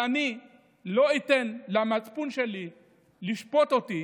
ואני לא אתן למצפון שלי לשפוט אותי